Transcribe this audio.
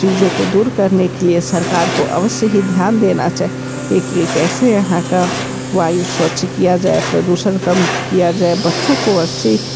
चीज़ों को दूर करने के लिए सरकार को अवश्य ही ध्यान देना चाहिए एक यह कैसे यहाँ का वायु स्वच्छ किया जाए प्रदूषण कम किया जाए बच्चों को अच्छी